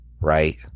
right